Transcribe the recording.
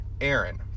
aaron